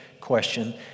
question